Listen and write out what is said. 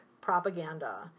propaganda